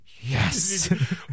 Yes